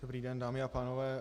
Dobrý den, dámy a pánové.